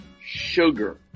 sugar